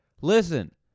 listen